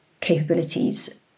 capabilities